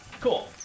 cool